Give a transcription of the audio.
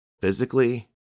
physically